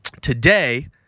Today